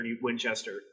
Winchester